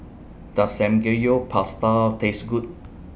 Does Samgeyopsal Taste Good